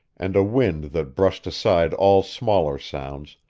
and a wind that brushed aside all smaller sounds,